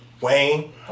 Wayne